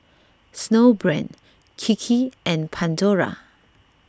Snowbrand Kiki and Pandora